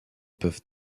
peuvent